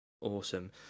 Awesome